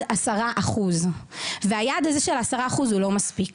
של עשרה אחוז והיעד הזה של העשרה אחוז הוא לא מספיק.